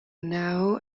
now